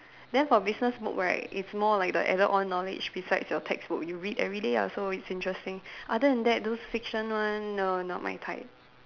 then for business book right it's more like the added on knowledge beside your textbooks you read everyday ah so it's interesting other than that those fiction one no not my type